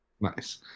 Nice